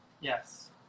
yes